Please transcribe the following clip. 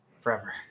forever